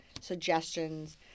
suggestions